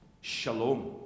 Shalom